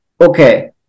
Okay